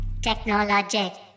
technologic